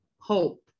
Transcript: hope